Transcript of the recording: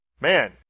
Man